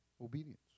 obedience